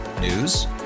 News